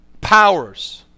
powers